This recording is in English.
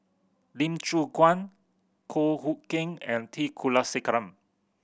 Lee Choon Guan Goh Hood Keng and T Kulasekaram